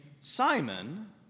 Simon